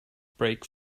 brake